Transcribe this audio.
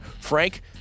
Frank